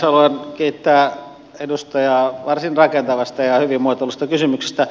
haluan kiittää edustajaa varsin rakentavasta ja hyvin muotoillusta kysymyksestä